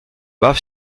baw